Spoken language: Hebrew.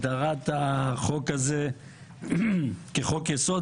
הגדרת החוק הזה כחוק-יסוד.